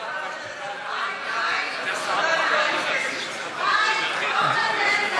קודם כול,